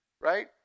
right